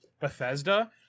Bethesda